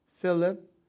Philip